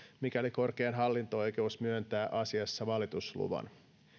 mikäli korkein hallinto oikeus myöntää asiassa valitusluvan